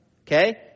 Okay